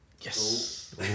Yes